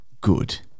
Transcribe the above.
Good